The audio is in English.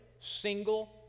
single